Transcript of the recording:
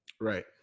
Right